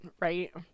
right